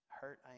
hurt